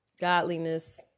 Godliness